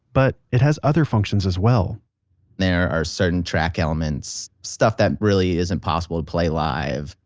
but it has other functions as well there are certain track elements, stuff that really is impossible to play live.